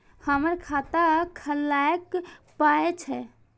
हमर खाता खौलैक पाय छै